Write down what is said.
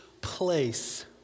place